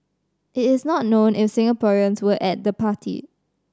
it is not known if Singaporeans were at the party